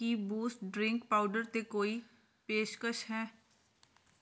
ਕੀ Boost drink powder 'ਤੇ ਕੋਈ ਪੇਸ਼ਕਸ਼ ਹੈ